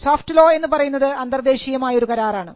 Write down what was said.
soft law എന്ന് പറയുന്നത് അന്തർദേശീയമായ ഒരു കരാറാണ്